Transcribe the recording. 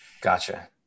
Gotcha